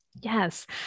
Yes